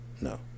No